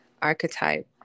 archetype